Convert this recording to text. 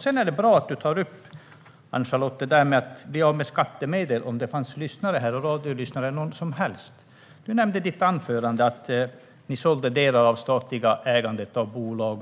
Sedan är det bra att du, Ann-Charlotte, tar upp det där med att bli av med skattemedel - det kanske finns lyssnare här och radiolyssnare. Du nämnde i ditt anförande att ni sålde delar av statligt ägda bolag.